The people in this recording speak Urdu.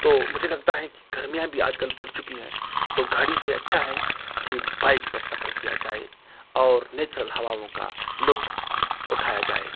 تو مجھے لگتا ہے کہ گرمیاں بھی آج کل بڑھ چکی ہے تو گاڑی سے اچھا ہے کہ بائک پر سفر کیا جائے اور نیچرل ہواؤں کا لطف اٹھایا جائے